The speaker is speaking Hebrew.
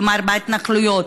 כלומר בהתנחלויות,